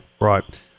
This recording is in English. right